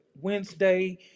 wednesday